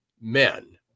men